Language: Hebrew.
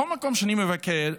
בכל מקום שאני מבקר,